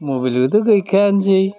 मबाइलाथ' गैखायानोसै